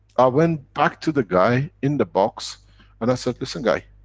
i went back to the guy in the box and i said, listen guy,